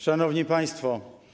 Szanowni Państwo!